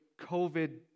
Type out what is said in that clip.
COVID